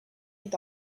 est